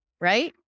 Right